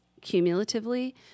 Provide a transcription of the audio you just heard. cumulatively